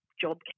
job